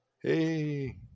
Hey